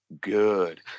good